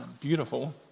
beautiful